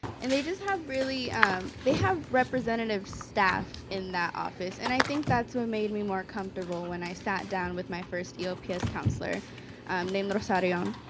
and they just have really they have representative staff in that office. and i think that's what made me more comfortable when i sat down with my first eops counselor named rosario. um